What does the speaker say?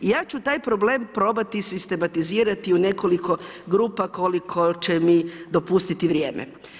Ja ću taj problem probati sistematizirati u nekoliko grupa koliko će mi dopustiti vrijeme.